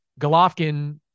Golovkin